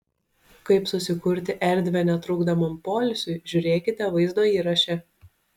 kaip susikurti erdvę netrukdomam poilsiui žiūrėkite vaizdo įraše